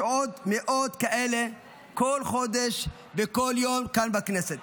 יש עוד מאות כאלה כל חודש ובכל יום כאן בכנסת.